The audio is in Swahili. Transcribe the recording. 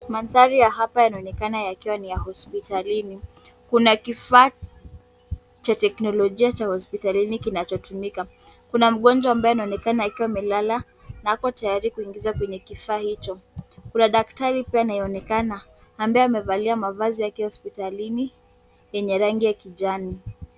Mandhari ya hapa yanaonekana yakiwa ni ya hospitalini, kuna kifaa cha teknolojia cha hospitalini kinachotumika. Kuna mgonjwa ambaye anaonekana akiwa amelala na ako tayari kuingizwa kwenye kifaa hicho. Kuna daktari pia anayeonekana ambaye amevalia mavazi yake hospitalini yenye rangi ya kijani.